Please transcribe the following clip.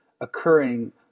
occurring